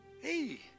Hey